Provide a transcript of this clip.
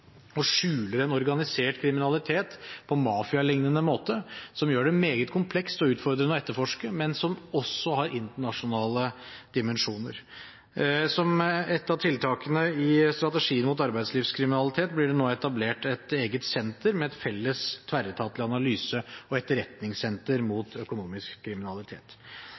og skjuler en organisert kriminalitet på mafialignende måte, som gjør det meget komplekst og utfordrende å etterforske, men som også har internasjonale dimensjoner. Som ett av tiltakene i strategien mot arbeidslivskriminalitet blir det nå etablert et eget senter med et felles tverretatlig analyse- og etterretningssenter mot økonomisk kriminalitet.